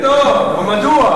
מדוע?